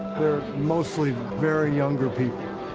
they're mostly very younger people,